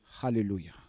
Hallelujah